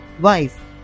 wife